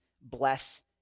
bless